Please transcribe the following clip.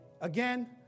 again